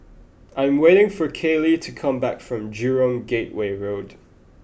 I am waiting for Kayley to come back from Jurong Gateway Road